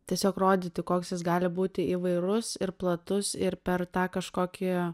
tiesiog rodyti koks jis gali būti įvairus ir platus ir per tą kažkokį